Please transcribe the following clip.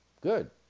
Good